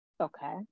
Okay